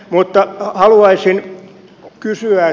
mutta haluaisin kysyä